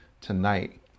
tonight